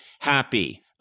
happy